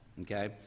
Okay